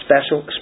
special